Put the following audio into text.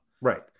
Right